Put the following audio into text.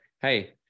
Hey